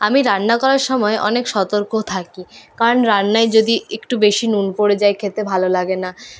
আমি রান্না করার সময় অনেক সতর্ক থাকি কারণ রান্নায় যদি একটু বেশি নুন পড়ে যায় খেতে ভালো লাগে না